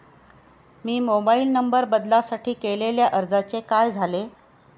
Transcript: मी mobile number बदलासाठी केलेल्या अर्जाचे काय झाले?